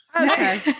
Okay